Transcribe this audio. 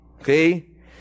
Okay